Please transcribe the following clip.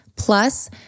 Plus